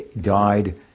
died